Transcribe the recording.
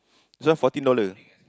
this one fourteen dollar